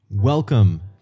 Welcome